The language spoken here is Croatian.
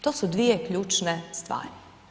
To su dvije ključne stvari.